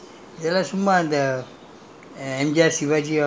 the real fight they are the real gangsters fight